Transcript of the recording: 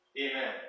Amen